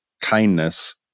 kindness